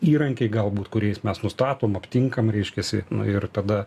įrankiai galbūt kuriais mes nustatom aptinkame reiškiasi ir tada